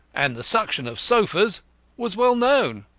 and the suction of sofas was well known.